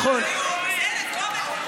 בסדר, קומץ.